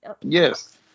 Yes